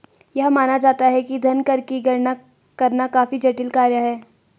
यह माना जाता है कि धन कर की गणना करना काफी जटिल कार्य है